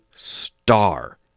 Star